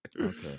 okay